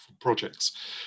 projects